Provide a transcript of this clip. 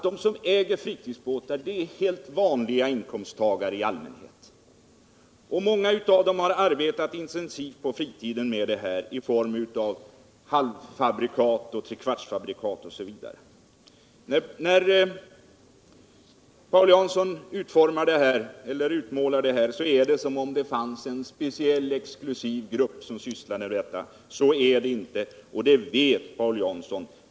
De som äger fritidsbåtar är i allmänhet helt vanliga inkomsttagare. Många av dem har arbetat intensivt på fritiden med halvfabrikat och kvartsfabrikat osv. När Paul Jansson utmålar situationen, är det som om det bara fanns en speciell exklusiv grupp som sysslar med fritidsbåtar. Så är det inte, och det vet Paul Jansson.